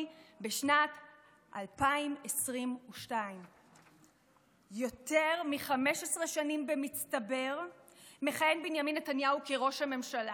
בשנת 2022. יותר מ-15 שנים במצטבר מכהן בנימין נתניהו כראש ממשלה,